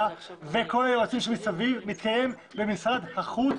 וכל היועצים שמסביב מתקיימת במשרד החוץ